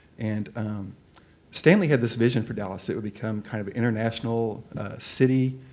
and stanley had this vision for dallas. it would become kind of international city.